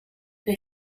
due